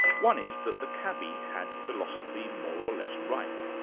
one is that the cabbie had philosophy more or less right.